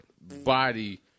body